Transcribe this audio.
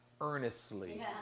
earnestly